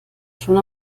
schon